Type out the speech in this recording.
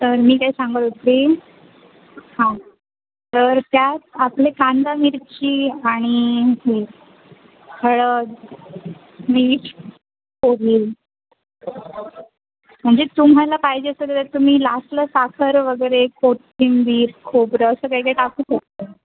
तर मी काय सांगत होती हां तर त्यात आपले कांदा मिरची आणि हे हळद मीठ पोहे म्हणजे तुम्हाला पाहिजे सगळं तुम्ही लास्टला साखर वगैरे कोथिंबीर खोबरं असं काय काय टाकू शकता